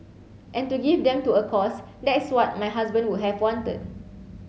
and to give them to a cause that's what my husband would have wanted